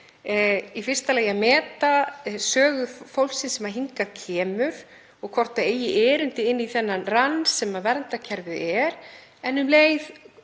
í fyrsta lagi að meta sögu fólksins sem hingað kemur og hvort það eigi erindi inn í þennan rann sem verndarkerfið er en um leið